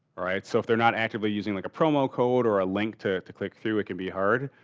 alright, so if they're not actively using like a promo code or a link to to click through it can be hard.